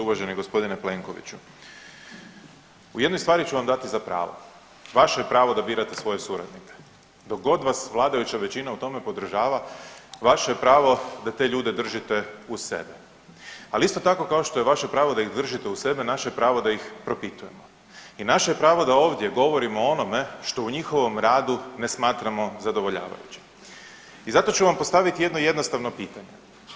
Uvaženi g. Plenkoviću, u jednoj stvari ću vam dati za pravo, vaše je pravo da birate svoje suradnike, dok god vas vladajuća većina u tome podržava vaše je pravo da te ljude držite uz sebe, ali isto tako kao što je vaše pravo da ih držite uz sebe naše pravo je da ih propitujemo i naše je pravo da ovdje govorimo o onome što u njihovom radu ne smatramo zadovoljavajućim i zato ću vam postaviti jedno jednostavno pitanje.